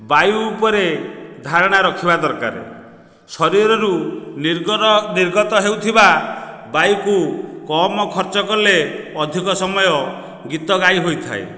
ବାୟୁ ଉପରେ ଧାରଣା ରଖିବା ଦରକାର ଶରୀରରୁ ନିର୍ଗର ନିର୍ଗତ ହେଉଥିବା ବାୟୁକୁ କମ ଖର୍ଚ୍ଚ କଲେ ଅଧିକ ସମୟ ଗୀତ ଗାଇ ହୋଇଥାଏ